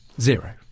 Zero